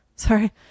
sorry